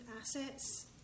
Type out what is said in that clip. assets